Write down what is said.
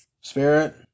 Spirit